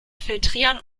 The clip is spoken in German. filtrieren